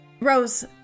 Rose